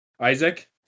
Isaac